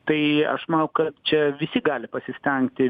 tai aš manau kad čia visi gali pasistengti